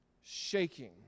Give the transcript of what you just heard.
shaking